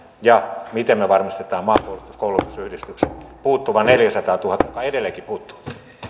miten me varmistamme maanpuolustuskoulutusyhdistykselle puuttuvat neljäsataatuhatta kun se raha edelleenkin puuttuu